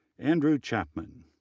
andrew chapman,